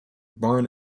barn